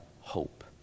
hope